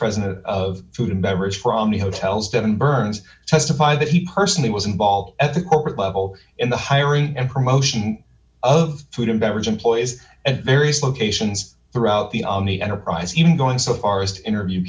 president of food and beverage from the hotels devon burns testified that he personally was in ball at the corporate level in the hiring and promotion of food and beverage employees at various locations throughout the omni enterprise even going so far as to interview